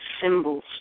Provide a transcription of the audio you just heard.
symbols